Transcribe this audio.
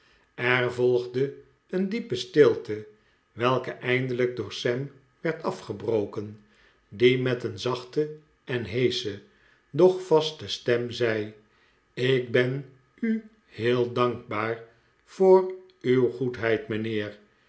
er volgde een diepe stilte welke eindelijk door sam werd afgebroken die met een zachte en heesche doch vaste stem zei ik ben u heel dankbaar voor uw goedheid mijnheer